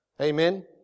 Amen